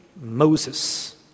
Moses